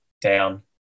down